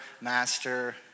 master